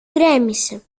γκρέμισε